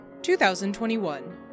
2021